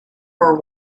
for